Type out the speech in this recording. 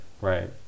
right